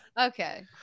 okay